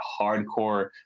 hardcore